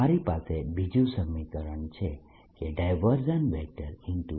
મારી પાસે બીજું સમીકરણ છે કે E0